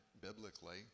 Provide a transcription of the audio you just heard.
biblically